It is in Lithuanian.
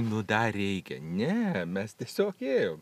nu dar reikia ne mes tiesiog ėjom